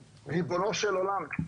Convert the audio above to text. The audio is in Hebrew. הנחיית היועץ המשפטי,